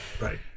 right